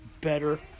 better